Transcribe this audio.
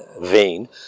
vein